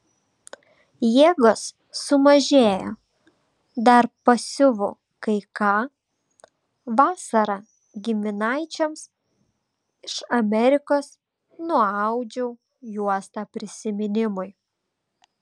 jėgos sumažėjo dar pasiuvu kai ką vasarą giminaičiams iš amerikos nuaudžiau juostą prisiminimui